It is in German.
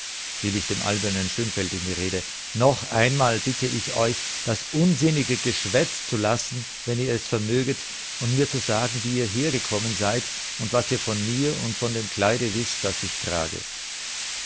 fiel ich dem albernen schönfeld in die rede noch einmal bitte ich euch das unsinnige geschwätz zu lassen wenn ihr es vermöget und mir zu sagen wie ihr hergekommen seid und was ihr von mir und von dem kleide wißt das ich trage